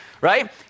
right